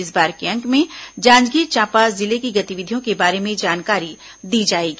इस बार के अंक में जांजगीर चांपा जिले की गतिविधियों के बारे में जानकारी दी जाएगी